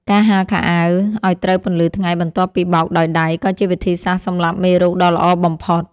ការហាលខោអាវឱ្យត្រូវពន្លឺថ្ងៃបន្ទាប់ពីបោកដោយដៃក៏ជាវិធីសាស្ត្រសម្លាប់មេរោគដ៏ល្អបំផុត។